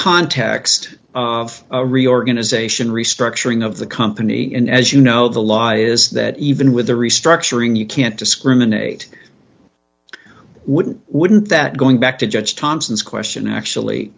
context of a reorganization restructuring of the company and as you know the law is that even with the restructuring you can't discriminate wouldn't wouldn't that going back to judge thompson's question actually